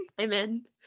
Amen